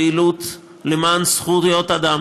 פעילות למען זכויות אדם,